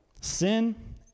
Sin